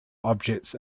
objects